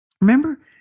remember